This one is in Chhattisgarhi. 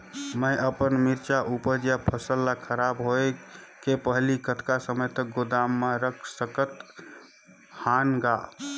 मैं अपन मिरचा ऊपज या फसल ला खराब होय के पहेली कतका समय तक गोदाम म रख सकथ हान ग?